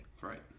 Right